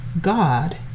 God